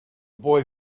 boy